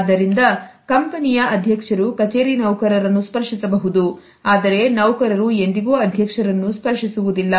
ಆದ್ದರಿಂದ ಕಂಪನಿಯ ಅಧ್ಯಕ್ಷರು ಕಚೇರಿ ನೌಕರರನ್ನು ಸ್ಪರ್ಶಿಸಬಹುದು ಆದರೆ ನೌಕರರು ಎಂದಿಗೂ ಅಧ್ಯಕ್ಷರನ್ನು ಸ್ಪರ್ಶಿಸುವುದಿಲ್ಲ